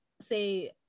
say